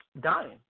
dying